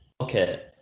okay